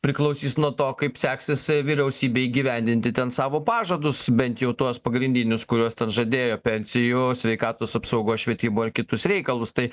priklausys nuo to kaip seksis vyriausybei įgyvendinti ten savo pažadus bent jau tuos pagrindinius kuriuos ten žadėjo pensijų sveikatos apsaugos švietimo ir kitus reikalus tai